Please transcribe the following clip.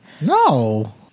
No